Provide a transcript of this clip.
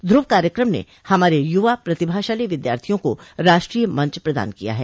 ध्युव कार्यकम ने हमारे युवा प्रतिभाशाली विद्यार्थियों को राष्ट्रीय मंच प्रदान किया है